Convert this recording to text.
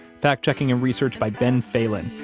fact checking and research by ben phelan.